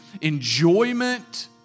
enjoyment